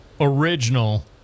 original